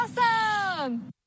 Awesome